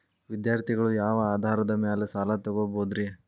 ವಿದ್ಯಾರ್ಥಿಗಳು ಯಾವ ಆಧಾರದ ಮ್ಯಾಲ ಸಾಲ ತಗೋಬೋದ್ರಿ?